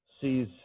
sees